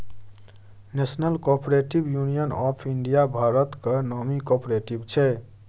national cooperative union of India भारतक नामी cooperative छै